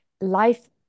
life